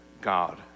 God